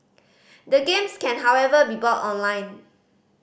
the games can however be bought online